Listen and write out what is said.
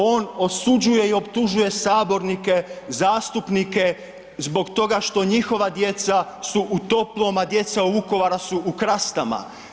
On osuđuje i optužuje sabornike, zastupnike zbog toga što njihova djeca su u toplom, a djeca u Vukovaru su u krastama.